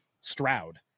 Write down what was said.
stroud